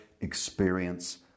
experience